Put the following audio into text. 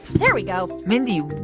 there we go mindy,